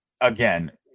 again